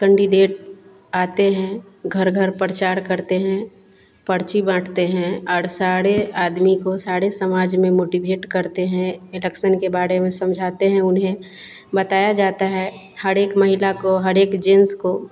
candidate आते हैं घर घर प्रचार करते हैं पर्ची बाँटते हैं और सारे आदमी को सारे समाज में मोटीभेट करते हैं इलेक्सन के बारे में समझाते हैं उन्हें बताया जाता है हर एक महिला को हर एक जेन्स को